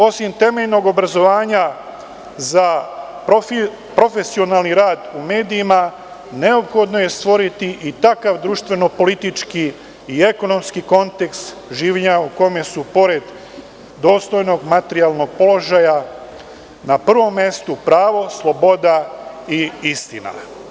Osim temeljnog obrazovanja za profesionalni rad u medijima neophodno je stvoriti i takav društveno-politički i ekonomski kontekst življenja u kome su pored dostojnog materijalnog položaja na prvom mestu pravo, sloboda i istina.